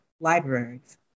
libraries